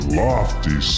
lofty